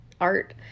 art